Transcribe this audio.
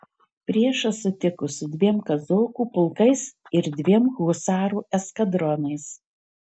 priešą sutiko su dviem kazokų pulkais ir dviem husarų eskadronais